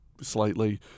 slightly